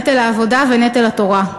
נטל העבודה ונטל התורה.